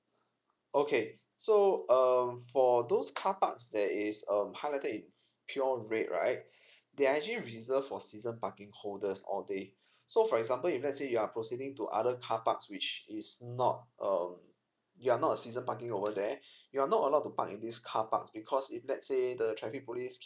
okay so um for those carparks that is um highlighted in pure red right they are actually reserved for season parking holders or they so for example if let's say you are proceeding to other carparks which is not um you are not a season parking over there you are not allowed to park in this carpark because if let's say the traffic police